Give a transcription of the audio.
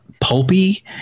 pulpy